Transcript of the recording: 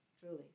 truly